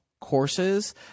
courses